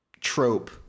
trope